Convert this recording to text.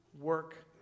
work